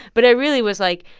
but i really was, like,